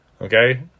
okay